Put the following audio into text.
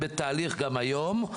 הם בתהליך גם היום.